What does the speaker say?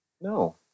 No